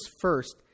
first